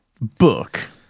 book